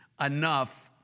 enough